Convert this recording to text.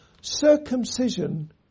circumcision